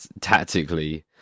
tactically